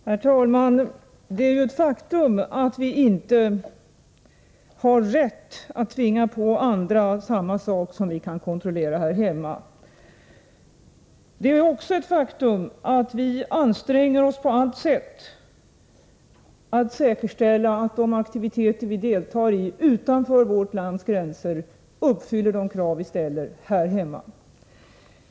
Herr talman! Det är ju ett faktum att vi inte har rätt att tvinga på andra samma saker som vi kan kontrollera här hemma. Det är också ett faktum att vi anstränger oss på alla sätt för att säkerställa att de aktiviteter vi deltar i utanför vårt lands gränser uppfyller de krav vi ställer här hemma.